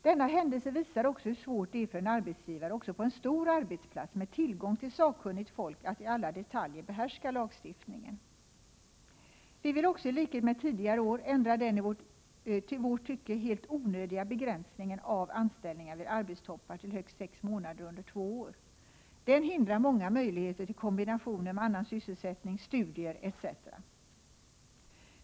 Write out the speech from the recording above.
Denna händelse visar också hur svårt det är för en arbetsgivare även på en stor arbetsplats, med tillgång till sakkunnigt folk, att i alla detaljer behärska lagstiftningen. Vi vill också i likhet med tidigare år ändra den i vårt tycke helt onödiga begränsningen till högst sex månader under två år i samband med anställningar vid arbetstoppar. Den hindrar många från möjligheten till kombination med annan sysselsättning, studier etc.